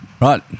Right